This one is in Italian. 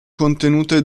contenute